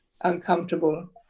uncomfortable